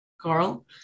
Carl